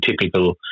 typical